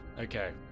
okay